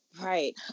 right